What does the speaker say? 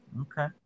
Okay